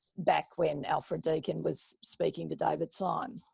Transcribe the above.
back when alfred deakin was speaking to david syme?